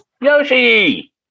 Yoshi